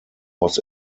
was